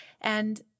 and-